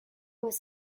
was